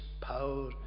power